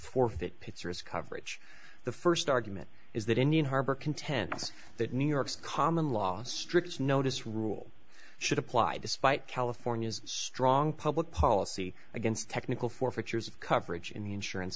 forfeit pizzerias coverage the first argument is that indian harbor contends that new york's common law strict notice rule should apply despite california's strong public policy against technical forfeitures of coverage in the insurance